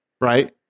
Right